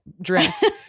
dress